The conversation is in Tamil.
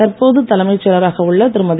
தற்போது தலைமைச் செயலராக உள்ள திருமதி